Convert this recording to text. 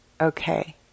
okay